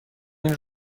این